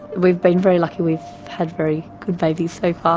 we've been very lucky. we've had very good babies so far.